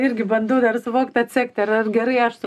irgi bandau suvokti atsekti ar ar gerai aš